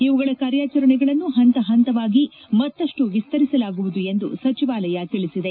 ಇವುಗಳ ಕಾರ್ಯಾಚರಣೆಗಳನ್ನು ಪಂತಪಂತವಾಗಿ ಮತ್ತಷ್ಟು ವಿಸ್ತರಿಸಲಾಗುವುದು ಎಂದು ಸಚಿವಾಲಯ ತಿಳಿಸಿದೆ